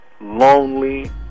Lonely